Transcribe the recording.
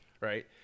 right